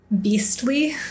beastly